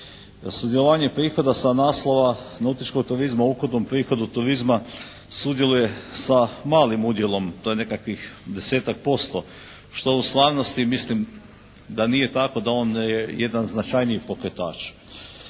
Sudjelovanje pripada sa naslova nautičkog turizma u ukupnom prihodu turizma sudjeluje sa malim udjelom, to je nekakvih 10%, što u stvarnosti mislim da nije tako, da je on jedan značajniji pokretač.